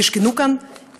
ישכנו כאן,